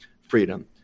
freedom